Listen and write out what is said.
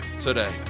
today